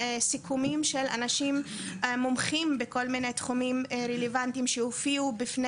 סיכומים של אנשים מומחים בכל מיני תחומים רלבנטיים שהופיעו בפני